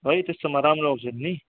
है त्यस्तोमा राम्रो आउँछ नि